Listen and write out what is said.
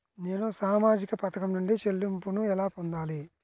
నేను సామాజిక పథకం నుండి చెల్లింపును ఎలా పొందాలి?